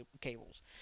cables